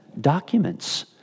documents